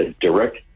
direct